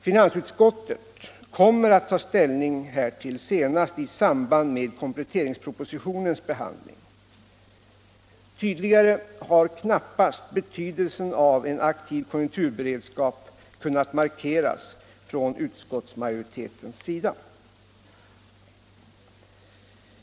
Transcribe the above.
Finansutskottet kommer att ta ställning härtill senast i samband med kompletteringspropositionens behandling. Tydligare har knappast betydelsen av en aktiv konjunkturberedskap kunnat markeras från utskottsmajoritetens sida.